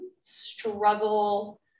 struggle